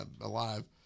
alive